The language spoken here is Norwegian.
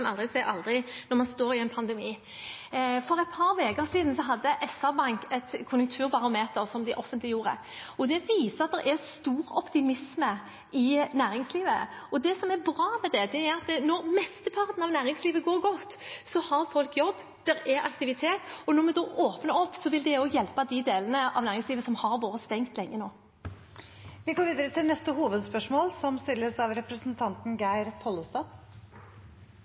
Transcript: aldri si aldri når man står i en pandemi. For et par uker siden offentliggjorde SR-Bank et konjunkturbarometer, og det viser at det er stor optimisme i næringslivet. Det som er bra med det, er at når mesteparten av næringslivet går godt, har folk jobb, det er aktivitet, og når vi da åpner opp, vil det også hjelpe de delene av næringslivet som har vært stengt lenge nå. Vi går videre til neste hovedspørsmål.